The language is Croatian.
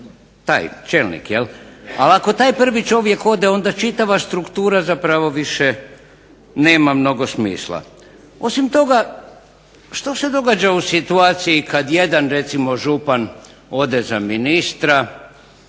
taj čelnik, jel. Ali ako taj prvi čovjek ode onda čitava struktura zapravo više nema mnogo smisla. Osim toga što se događa u situaciji kada jedan recimo župan ode za ministra,